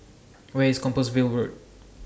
Where IS Compassvale Road